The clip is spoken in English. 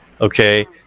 okay